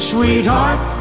Sweetheart